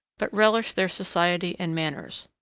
but relished their society and manners.